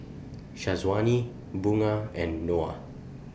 Syazwani Bunga and Noah